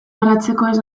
baratzekoez